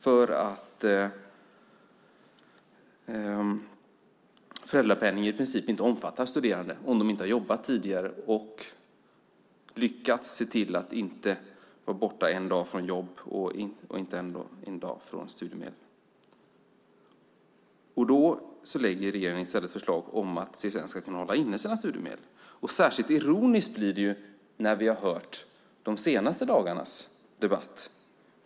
Föräldrapenningen omfattar inte studerande som inte jobbat tidigare och lyckats se till att inte vara borta någon dag från jobb och från studiemedel så att säga. Nu lägger regeringen fram ett förslag om att CSN kan hålla inne studiemedel. Särskilt ironiskt blir det efter de senaste dagarnas debatt.